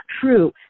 true